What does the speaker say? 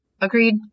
Agreed